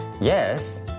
Yes